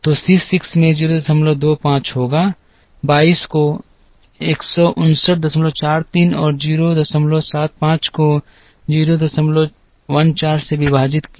तो C 6 में 025 होगा 22 को 15943 और 075 को 014 में विभाजित किया